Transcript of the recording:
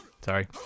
Sorry